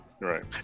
right